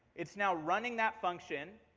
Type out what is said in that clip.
it's now running that function.